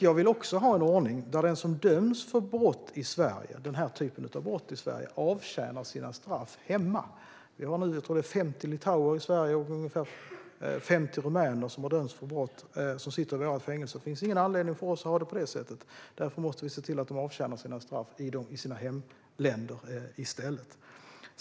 Jag vill också ha en ordning där den som döms för denna typ av brott i Sverige avtjänar sitt straff i hemlandet. I våra fängelser har vi för närvarande ca 50 litauer och 50 rumäner som har dömts för brott. Det finns ingen anledning för oss att ha det så. Därför måste vi se till att de avtjänar sina straff i sina hemländer i stället.